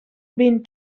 been